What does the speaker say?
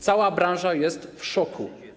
Cała branża jest w szoku.